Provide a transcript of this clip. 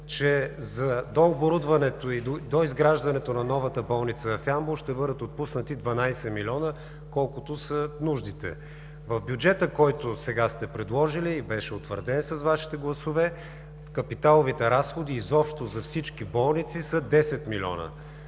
за дооборудването и доизграждането на новата болница в Ямбол ще бъдат отпуснати 12 милиона, колкото са нуждите. В бюджета, който сега сте предложили и беше утвърден с Вашите гласове, капиталовите разходи изобщо за всички болници са 10 милиона.